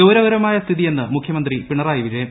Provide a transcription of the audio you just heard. ഗൌരവകരമായ സ്ഥിതിയെന്ന് മുഖ്യമന്ത്രി പിണറായി വിജയൻ